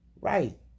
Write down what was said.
Right